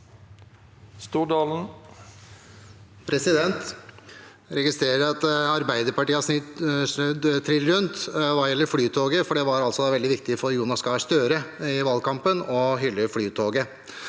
Jeg registrerer at Arbeiderpartiet har snudd trill rundt hva gjelder Flytoget, for det var altså veldig viktig for Jonas Gahr Støre i valgkampen å hylle Flytoget.